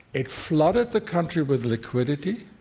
it flooded the country with liquidity.